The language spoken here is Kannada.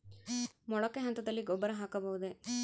ಮೊಳಕೆ ಹಂತದಲ್ಲಿ ಗೊಬ್ಬರ ಹಾಕಬಹುದೇ?